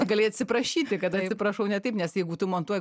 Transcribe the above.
gali atsiprašyti kad atsiprašau ne taip nes jeigu tu montuoji